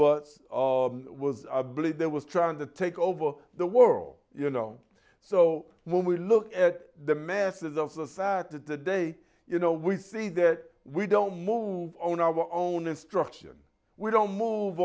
robot was a bully there was trying to take over the world you know so when we look at the method of the fact that the day you know we see that we don't move on our own instruction we don't move